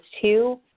two